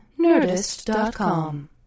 Nerdist.com